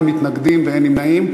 אין מתנגדים ואין נמנעים.